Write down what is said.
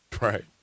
Right